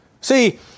See